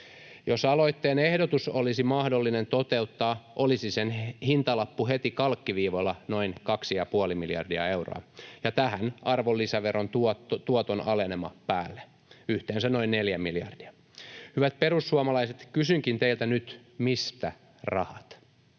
Jos aloitteen ehdotus olisi mahdollinen toteuttaa, olisi sen hintalappu heti kalkkiviivoilla noin 2,5 miljardia euroa, ja tähän arvonlisäveron tuoton alenema päälle, yhteensä noin neljä miljardia. Hyvät perussuomalaiset, kysynkin teiltä nyt, mistä rahat.